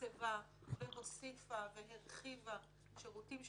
תקצבה והוסיפה והרחיבה, שירותים שהורחבו,